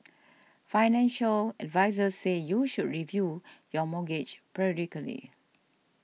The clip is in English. financial advisers say you should review your mortgage periodically